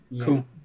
Cool